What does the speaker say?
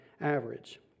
average